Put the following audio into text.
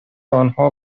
آنها